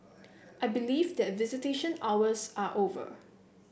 I believe that visitation hours are over